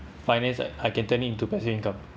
finance I I can turn it into passive income